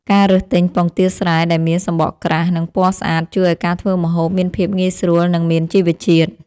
ការរើសទិញពងទាស្រែដែលមានសំបកក្រាស់ និងពណ៌ស្អាតជួយឱ្យការធ្វើម្ហូបមានភាពងាយស្រួល និងមានជីវជាតិ។